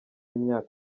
imyaka